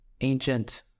ancient